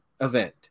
event